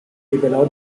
rivelò